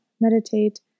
meditate